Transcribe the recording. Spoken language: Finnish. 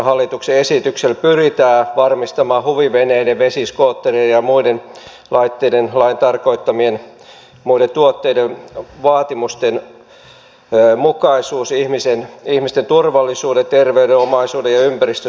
hallituksen esityksellä pyritään varmistamaan huviveneiden vesiskootterien ja muiden laitteiden lain tarkoittamien muiden tuotteiden vaatimusten mukaisuus ihmisten turvallisuuden terveyden omaisuuden ja ympäristön suojelemiseksi